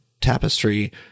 Tapestry